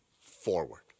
forward